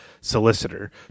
solicitor